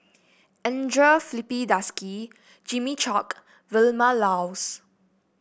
Andre Filipe Desker Jimmy Chok Vilma Laus